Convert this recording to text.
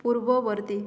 পূর্ববর্তী